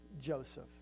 Joseph